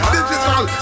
Digital